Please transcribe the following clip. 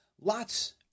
lots